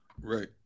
Right